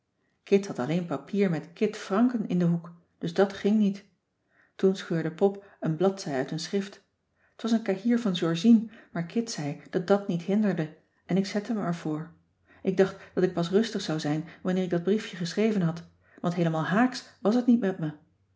kit franken in den hoek dus dat ging niet toen scheurde pop een bladzij uit een schrift t was een cahier van georgien maar kit zei dat dat niet hinderde en ik zette me ervoor ik dacht dat ik pas rustig zou zijn wanneer ik dat briefje geschreven had want heelemaal haaks was t niet met me